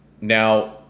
now